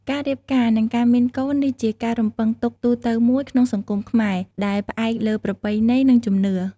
ការរៀបការ និងការមានកូន នេះជាការរំពឹងទុកទូទៅមួយក្នុងសង្គមខ្មែរដែលផ្អែកលើប្រពៃណី និងជំនឿ។